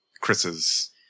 Chris's